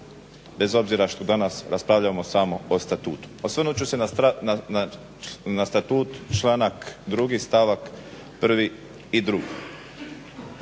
bez obzira što danas raspravljamo samo o Statutu. Osvrnut ću se na Statut članak 2. stavak 1. i drugi.